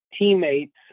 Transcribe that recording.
teammates